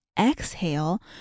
exhale